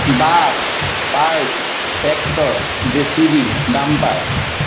bus truck tractor JCB dumper